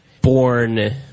born